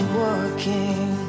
working